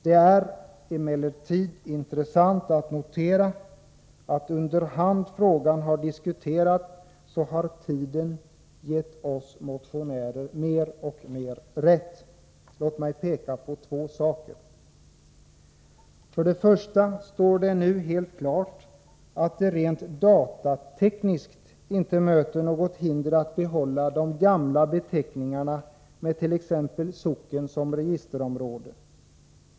Det är emellertid intressant att notera, att medan frågan har diskuterats, har tiden gett oss motionärer mer och mer rätt. Låt mig peka på två saker. För det första står det nu helt klart att det rent datatekniskt inte möter något hinder att behålla de gamla beteckningarna med t.ex. socken som registerområde.